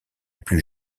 plus